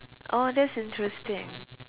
oh that's interesting